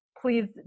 Please